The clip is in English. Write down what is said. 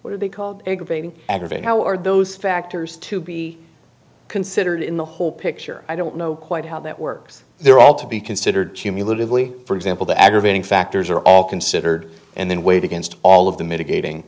what are they called aggravating aggravate how are those factors to be considered in the whole picture i don't know quite how that works they're all to be considered similarly for example the aggravating factors are all considered and then weighed against all of the mitigating